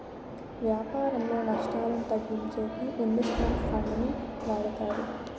వ్యాపారంలో నష్టాలను తగ్గించేకి ఇన్వెస్ట్ మెంట్ ఫండ్ ని వాడతారు